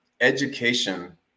Education